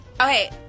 Okay